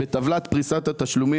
לא אכפת להם שלא יהיה כי ממילא תשלם את זה.